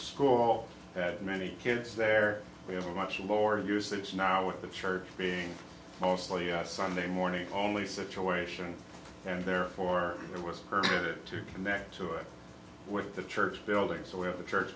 school had many kids there we have a much lower usage now with the church being mostly a sunday morning only situation and there for there was a permit to connect to it with the church buildings where the church